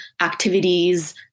activities